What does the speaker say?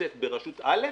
נמצאת ברשות א',